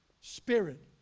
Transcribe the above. Spirit